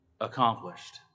accomplished